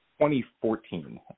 2014